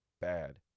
bad